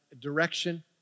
direction